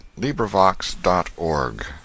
LibriVox.org